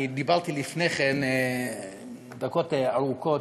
דיברתי לפני כן דקות ארוכות,